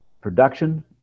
production